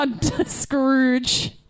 Scrooge